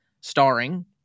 Starring